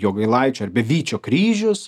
jogailaičio ir be vyčio kryžius